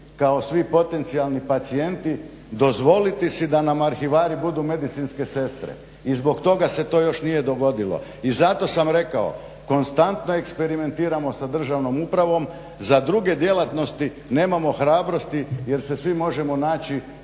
kako svi potencijalni pacijenti dozvoliti si da nam arhivari budu medicinske sestre. I zbog toga se to još nije dogodilo i zato sam rekao konstantno eksperimentiramo sa državnom upravom, za druge djelatnosti nemamo hrabrosti jer se svi možemo naći